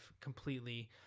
completely